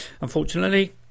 Unfortunately